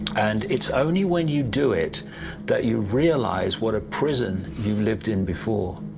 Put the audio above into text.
and it's only when you do it that you realize what a prison you lived in before.